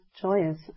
joyous